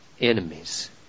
enemies